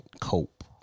cope